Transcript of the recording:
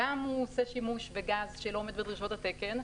גם הוא עושה שימוש בגז שלא עומד בדרישות התקן,